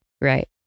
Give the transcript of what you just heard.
right